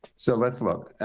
so let's look.